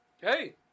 Hey